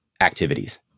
activities